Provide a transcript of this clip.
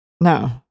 No